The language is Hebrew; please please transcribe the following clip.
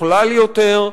משוכלל יותר,